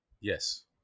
Yes